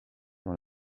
dans